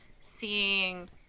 seeing